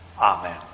Amen